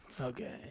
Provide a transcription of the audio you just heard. Okay